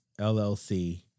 llc